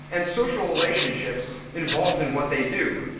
and social relationships involved in what they do,